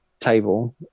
table